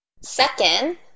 Second